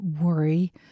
worry